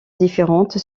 différentes